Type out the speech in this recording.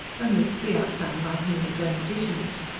only to be outdone by henry's own additions.